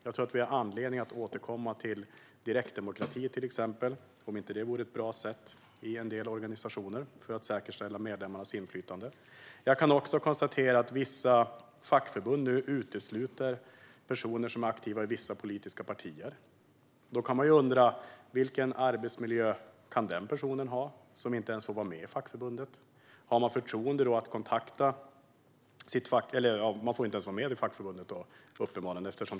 Jag tror att vi har anledning att återkomma till exempelvis direktdemokrati och tänka på om inte det vore ett bra sätt att säkerställa medlemmarnas inflytande i en del organisationer. Jag kan också konstatera att vissa fackförbund nu utesluter personer som är aktiva i vissa politiska partier. Man kan undra vilken arbetsmiljö den person som inte ens får vara med i fackförbundet kan ha. Har man då förtroende att kontakta facket?